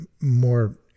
more